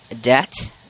debt